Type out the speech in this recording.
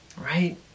Right